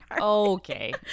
okay